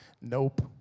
nope